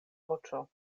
voĉo